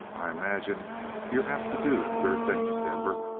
i imagine you're apt to do queer things, denver.